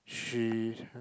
she